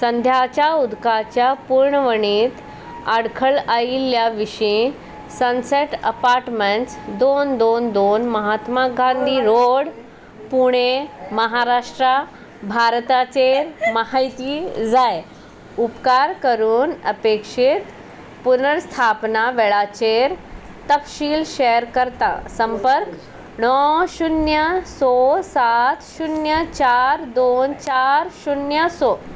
सद्याच्या उदकाच्या पुरवणींत आडखळ आयिल्ल्या विशीं सनसॅट अपार्टमेंट्स दोन दोन दोन महात्मा गांधी रोड पुणे महाराष्ट्रा भारताचेर म्हायती जाय उपकार करून अपेक्षीत पुनर्स्थापना वेळाचेर तपशील शॅर करता संपर्क णव शुन्य स सात शुन्य चार दोन चार शुन्य स